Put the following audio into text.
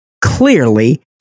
clearly